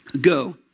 Go